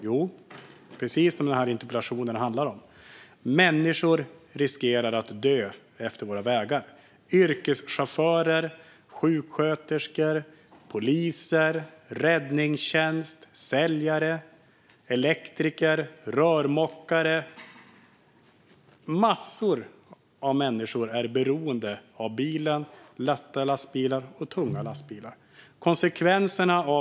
Jo, precis det som den här interpellationen handlar om, nämligen att människor riskerar att dö efter våra vägar. Yrkeschaufförer, sjuksköterskor, poliser, räddningstjänst, säljare, elektriker, rörmokare - massor av människor är beroende av bil samt lätta och tunga lastbilar.